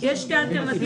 יש שתי אלטרנטיבות.